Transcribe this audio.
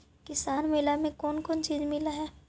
किसान मेला मे कोन कोन चिज मिलै है?